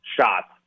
shots